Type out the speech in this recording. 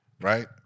right